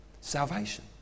salvation